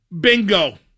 Bingo